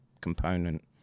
component